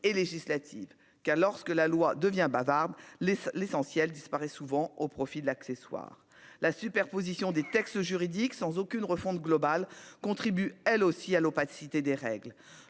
et législatives car lorsque la loi devient bavarde les l'essentiel disparaît souvent au profit de l'accessoire, la superposition des textes juridiques sans aucune refonte globale contribue elle aussi à l'opacité des règles,